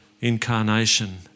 incarnation